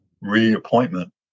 reappointment